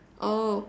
oh